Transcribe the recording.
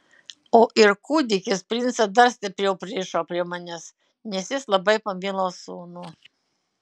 o ir kūdikis princą dar stipriau pririšo prie manęs nes jis labai pamilo sūnų